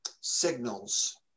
signals